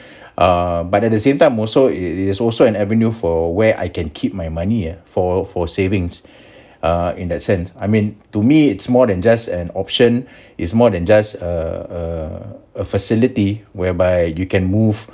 err but at the same time also it it is also an avenue for where I can keep my money ah for for savings uh in that sense I mean to me it's more than just an option is more than just a a a facility whereby you can move